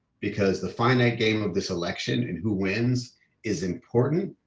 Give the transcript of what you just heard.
because the finite game of this election and who wins is important,